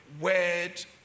word